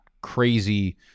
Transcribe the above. crazy